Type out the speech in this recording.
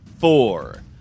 four